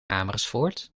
amersfoort